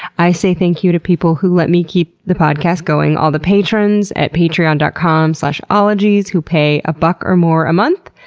i say thank you to people who let me keep the podcast going all the patrons at patreon dot com slash ologies who pay a buck or more a month,